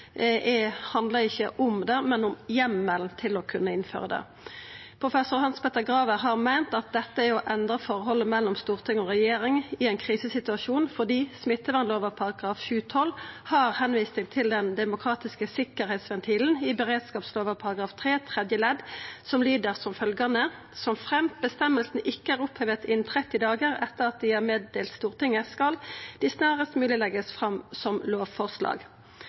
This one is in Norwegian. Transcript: om det, men om heimel til å kunna innføra det. Professor Hans Petter Graver har meint at dette er å endra forholdet mellom Stortinget og regjeringa i ein krisesituasjon, fordi smittevernlova § 7-12 viser til den demokratiske sikkerheitsventilen i beredskapslova § 3 tredje ledd, som lyder: «Såfremt bestemmelsene ikke er opphevet innen 30 dager etter at de er meddelt Stortinget, skal de snarest mulig legges fram som lovforslag.»